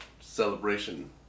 celebration